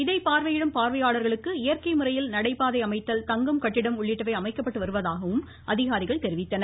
இதை பார்வையிடும் பார்வையாளர்களுக்கு இயற்கை முறையில் நடைபாதை அமைத்தல் தங்கும் கட்டிடம் உள்ளிட்டவை அமைக்கப்பட்டு வருவதாகவும் அதிகாரிகள் தெரிவித்துள்ளனர்